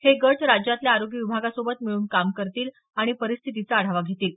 हे गट राज्यातल्या आरोग्य विभागासोबत मिळून काम करतील आणि परिस्थितीचा आढावा घेतील